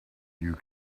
you